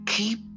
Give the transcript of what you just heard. Keep